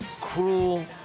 cruel